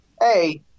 hey